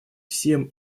всем